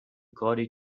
کاری